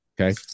Okay